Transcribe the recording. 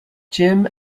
jim